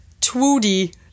Tweety